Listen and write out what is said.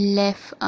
left